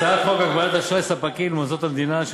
הצעת חוק הגבלת אשראי ספקים למוסדות המדינה,